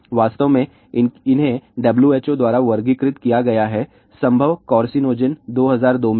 वास्तव में इन्हें WHO द्वारा वर्गीकृत किया गया है संभव कार्सिनोजेन 2002 में ही